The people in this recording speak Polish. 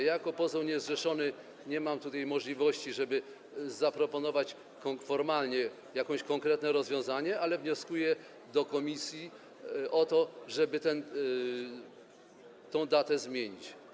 Ja jako poseł niezrzeszony nie mam możliwości, żeby zaproponować formalnie jakieś konkretne rozwiązanie, ale wnioskuję do komisji o to, żeby tę datę zmienić.